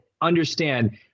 understand